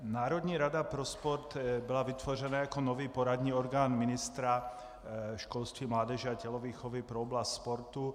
Národní rada pro sport byla vytvořena jako nový poradní orgán ministra školství, mládeže a tělovýchovy pro oblast sportu.